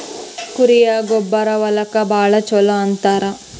ಕುರಿಯ ಗೊಬ್ಬರಾ ಹೊಲಕ್ಕ ಭಾಳ ಚುಲೊ ಅಂತಾರ